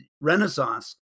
renaissance